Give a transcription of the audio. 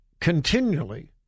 continually